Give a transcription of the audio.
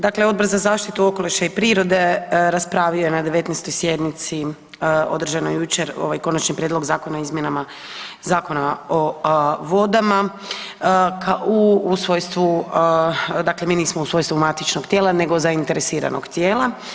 Dakle, Odbor za zaštitu okoliša i prirode raspravio je na 19. sjednici održanoj jučer ovaj Konačni prijedlog zakona o izmjenama Zakona o vodama u svojstvu, dakle mi nismo u svojstvu matičnog tijela nego zainteresiranog tijela.